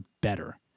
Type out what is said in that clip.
better